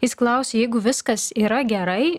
jis klausė jeigu viskas yra gerai